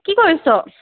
কি কৰিছ